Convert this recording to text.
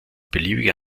beliebige